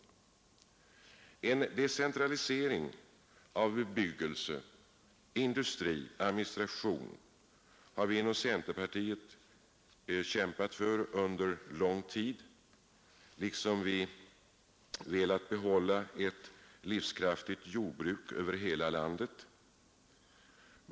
En decentralisering av bebyggelse, industri och administration har vi inom centerpartiet kämpat för under lång tid, liksom vi velat behålla ett livskraftigt jordbruk över hela landet.